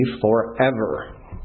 forever